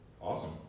Awesome